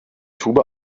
tube